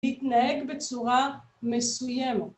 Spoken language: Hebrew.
התנהג בצורה מסוימת